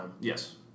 Yes